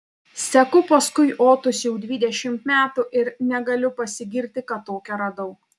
seku paskui otus jau dvidešimt metų ir negaliu pasigirti kad tokią radau